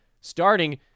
starting